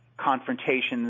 confrontations